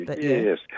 Yes